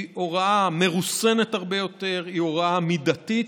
היא הוראה מרוסנת הרבה יותר, היא הוראה מידתית.